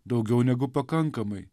daugiau negu pakankamai